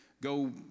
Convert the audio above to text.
Go